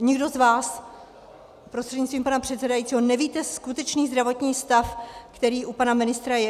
Nikdo z vás, prostřednictvím pana předsedajícího, nevíte skutečný zdravotní stav, který u pana ministra je.